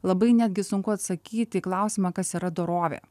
labai netgi sunku atsakyti į klausimą kas yra dorovė